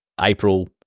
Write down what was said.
April